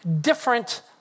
different